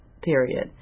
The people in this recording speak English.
period